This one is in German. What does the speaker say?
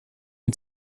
die